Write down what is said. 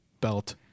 belt